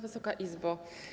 Wysoka Izbo!